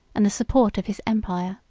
and the support of his empire.